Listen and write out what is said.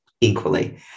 equally